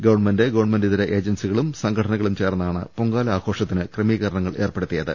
government ഗവൺമെന്റിതര ഏജൻസികളും സംഘടനകളും ചേർന്നാണ് പൊങ്കാല ആഘോഷത്തിന് ക്രമീകരണങ്ങൾ ഏർപ്പെടുത്തിയത്